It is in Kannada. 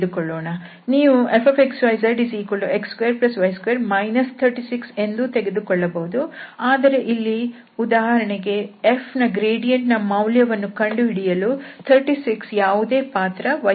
ನೀವು fxyzx2y2 36 ಎಂದೂ ತೆಗೆದುಕೊಳ್ಳಬಹುದು ಆದರೆ ಇಲ್ಲಿ ಉದಾಹರಣೆಗೆ f ನ ಗ್ರೇಡಿಯಂಟ್ನ ಮೌಲ್ಯ ಕಂಡುಹಿಡಿಯಲು 36 ಯಾವುದೇ ಪಾತ್ರ ವಹಿಸುವುದಿಲ್ಲ